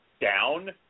down